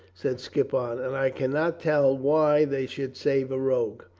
said skippon, and i can not tell why they should save a rogue.